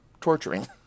torturing